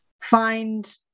find